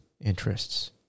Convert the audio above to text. interests